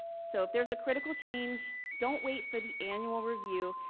so if there's a critical change, don't wait for the annual review.